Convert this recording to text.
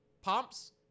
pumps